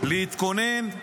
להתכונן,